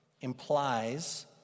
implies